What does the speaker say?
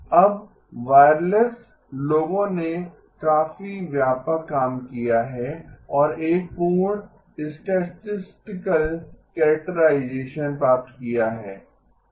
अब वायरलेस लोगों ने काफी व्यापक काम किया है और एक पूर्ण स्टैटिस्टिकल कैरेक्टराइजेशन प्राप्त किया है